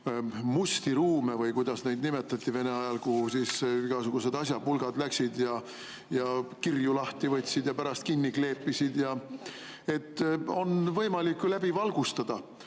musti ruume – või kuidas neid nimetati Vene ajal? –, kuhu igasugused asjapulgad läksid ja kirju lahti võtsid ja pärast kinni kleepisid. On ju võimalik pakke läbi valgustada.